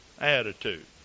attitude